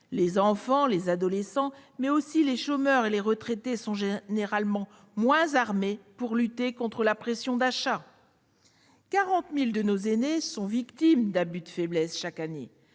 Les enfants, les adolescents, mais aussi les chômeurs ou les retraités sont généralement moins armés pour lutter contre la pression à l'achat. Chaque année, 40 000 de nos aînés sont victimes d'abus de faiblesse. Certains,